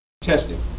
Testing